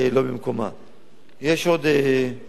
יש עוד נקודה או שתיים